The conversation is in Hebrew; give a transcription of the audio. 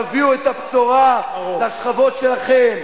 תביאו את הבשורה לשכבות שלכם,